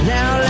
Now